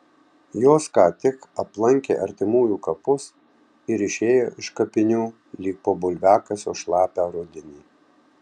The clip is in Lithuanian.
jos ką tik aplankė artimųjų kapus ir išėjo iš kapinių lyg po bulviakasio šlapią rudenį